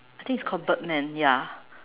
I think it's called Birdman ya